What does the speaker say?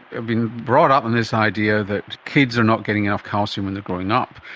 i've been brought up on this idea that kids are not getting enough calcium when they are growing up,